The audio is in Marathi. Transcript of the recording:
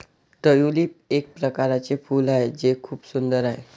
ट्यूलिप एक प्रकारचे फूल आहे जे खूप सुंदर आहे